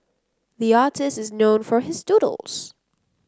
the artist is known for his doodles